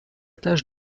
tache